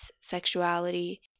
sexuality